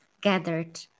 gathered